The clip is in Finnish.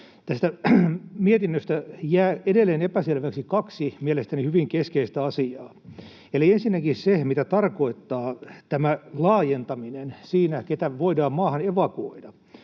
Tästä mietinnöstä jää edelleen epäselväksi kaksi mielestäni hyvin keskeistä asiaa. Ensinnäkin se, mitä tarkoittaa tämä laajentaminen siinä, keitä voidaan maahan evakuoida.